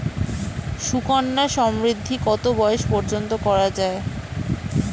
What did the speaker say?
সুকন্যা সমৃদ্ধী কত বয়স পর্যন্ত করা যায়?